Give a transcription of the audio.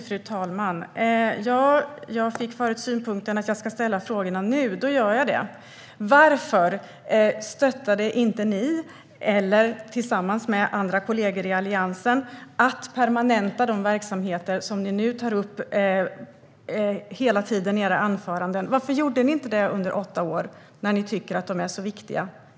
Fru talman! Jag fick förut synpunkten att jag ska ställa frågorna nu, och jag gör så. Varför stöttade inte ni och era kollegor i Alliansen att permanenta de verksamheter som ni nu hela tiden tar upp i era anföranden? Varför gjorde ni inte det under åtta år, om ni tycker att de är så viktiga?